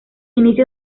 inicia